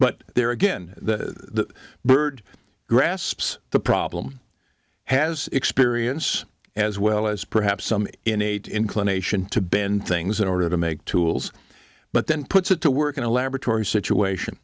but there again the bird grasps the problem has experience as well as perhaps some innate inclination to bend things in order to make tools but then puts it to work in a laboratory situation